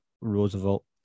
Roosevelt